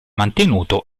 mantenuto